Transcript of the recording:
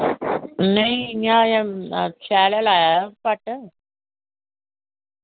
नेईं इंया गै शैल गै लााया घट्ट